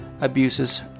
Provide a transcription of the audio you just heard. abuses